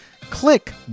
click